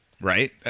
Right